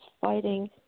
fighting